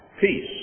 peace